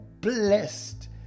blessed